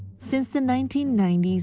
since the nineteen ninety s,